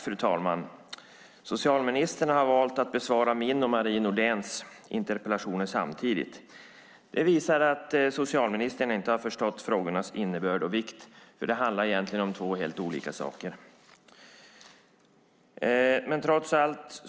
Fru talman! Socialministern har valt att besvara min och Marie Nordéns interpellationer samtidigt. Det visar att socialministern inte har förstått frågornas innebörd och vikt, för det handlar egentligen om två helt olika saker. Men trots allt